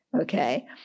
Okay